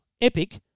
Epic